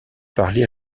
parlait